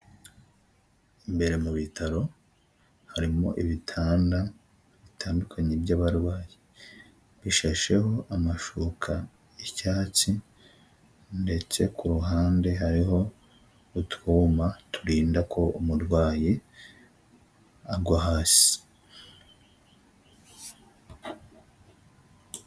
Imbere mu bitaro harimo ibitanda bitandukanye by'abarwayi, bishasheho amashuka y'icyatsi ndetse ku ruhande hariho utwuma turinda ko umurwayi agwa hasi.